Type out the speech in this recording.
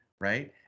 right